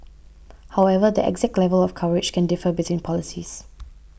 however the exact level of coverage can differ between policies